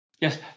Yes